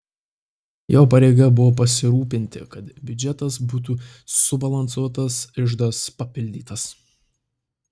jo pareiga buvo pasirūpinti kad biudžetas būtų subalansuotas iždas papildytas